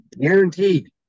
Guaranteed